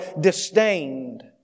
disdained